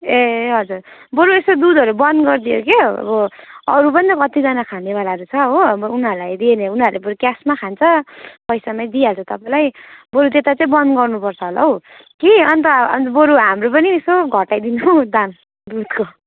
ए हजर बरु यसो दुधहरू बन्द गरिदियो क्याउ अब अरू पनि त कतिजना छ खानेवालाहरू छ हो अब उनीहरूलाई दियो भने उनीहरूले बरु क्यासमा खान्छ पैसामा दिइहाल्छ तपाईँलाई बरु त्यता चाहिँ बन्द गर्नुपर्छ होला हौ कि अन्त अन्त बरु हाम्रो पनि यसो घटाइ दिनु दाम दुधको